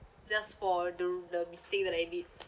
just for the the mistake that I did